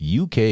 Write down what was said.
UK